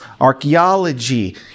archaeology